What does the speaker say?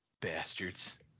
Bastards